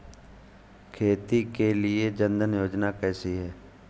खेती के लिए जन धन योजना कैसी है?